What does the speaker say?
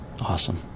awesome